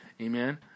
Amen